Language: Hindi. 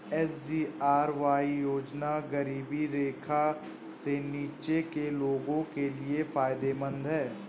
एस.जी.आर.वाई योजना गरीबी रेखा से नीचे के लोगों के लिए फायदेमंद है